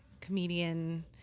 comedian